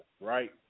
right